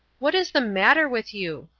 what is the matter with you?